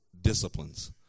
disciplines